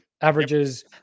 Averages